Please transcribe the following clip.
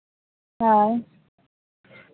ᱦᱳᱭ